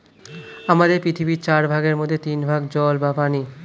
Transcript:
আমাদের পৃথিবীর চার ভাগের মধ্যে তিন ভাগ জল বা পানি